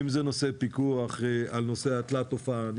אם זה נושא פיקוח על התלת אופן,